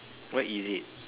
what is it